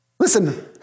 Listen